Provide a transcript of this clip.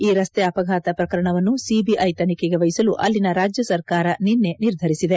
ಈ ರಸ್ತೆ ಅವಘಾತ ಪ್ರಕರಣವನ್ನು ಸಿಬಿಐ ತನಿಖೆಗೆ ವಹಿಸಲು ಅಲ್ಲಿನ ರಾಜ್ಯ ಸರ್ಕಾರ ನಿನ್ನೆ ನಿರ್ಧರಿಸಿದೆ